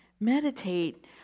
meditate